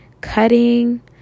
cutting